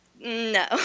No